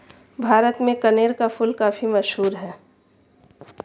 भारत में कनेर का फूल काफी मशहूर है